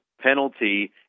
penalty